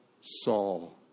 Saul